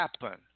happen